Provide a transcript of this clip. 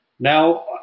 Now